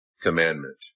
commandment